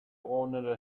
owner